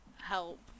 help